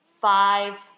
five